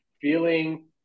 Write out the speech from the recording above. feeling